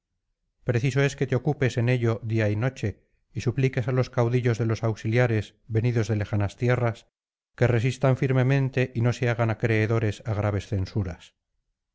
preciso es que te ocupes en ello día y noche y supliques á los caudillos de los auxiliares venidos de lejas tierras que resistan firmemente y no se hagan acreedores á graves censuras